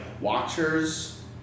Watchers